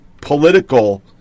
political